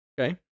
Okay